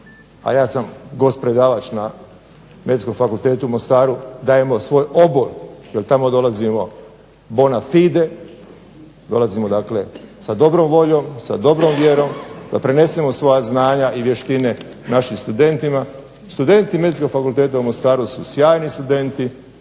a ja sam gost predavač na Medicinskom fakultetu u Mostaru, dajemo svoj obol jer tamo dolazimo bona fide, dolazimo dakle sa dobrom voljom, sa dobrom vjerom da prenesemo svoja znanja i vještine našim studentima. Studenti Medicinskog fakulteta u Mostaru su sjajni studenti.